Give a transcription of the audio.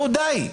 די.